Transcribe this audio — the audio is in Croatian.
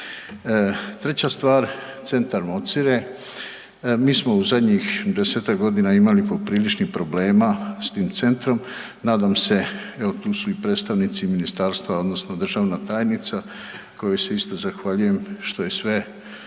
Treća stvar, Centar Mocire, mi smo u zadnjih 10-tak godina imali popriličnih problema s tim centrom. Nadam se, evo, tu su i predstavnici ministarstva, odnosno državna tajnica, kojoj se isto zahvaljujem što je sve